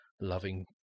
loving